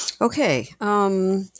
Okay